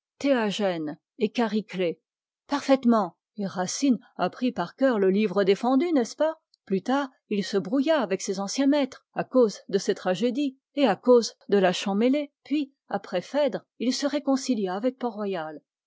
et chariclée et racine apprit par cœur le livre défendu n'est-ce pas plus tard il se brouilla avec ses anciens maîtres à cause de ses tragédies et à cause de la champmeslé puis après phèdre il se réconcilia avec